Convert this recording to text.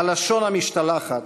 הלשון המשתלחת,